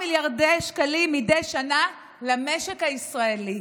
מיליארדי שקלים מדי שנה למשק הישראלי.